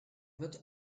wird